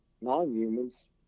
non-humans